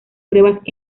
pruebas